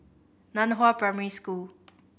Nan Hua Primary School